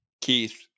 Keith